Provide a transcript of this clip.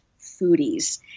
foodies